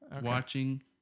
watching